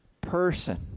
person